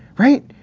right.